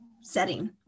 setting